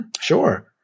Sure